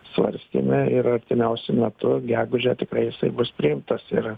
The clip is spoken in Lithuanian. svarstėme ir artimiausiu metu gegužę tikrai jisai bus priimtas ir